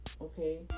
okay